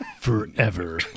forever